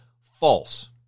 false